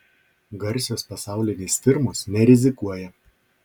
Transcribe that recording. garsios pasaulinės firmos nerizikuoja